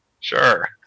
sure